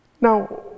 Now